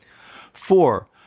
Four